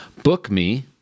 Bookme